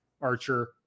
Archer